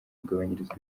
kugabanyirizwa